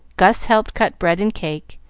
gus helped cut bread and cake,